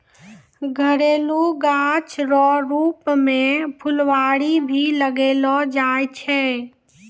घरेलू गाछ रो रुप मे फूलवारी भी लगैलो जाय छै